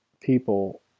people